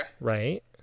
right